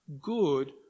good